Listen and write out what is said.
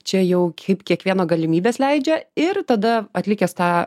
čia jau kaip kiekvieno galimybės leidžia ir tada atlikęs tą